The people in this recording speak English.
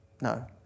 No